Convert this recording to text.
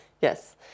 Yes